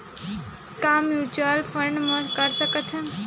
का mutual fund म कर सकत हन?